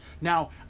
Now